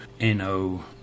no